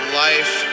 life